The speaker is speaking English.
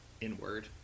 inward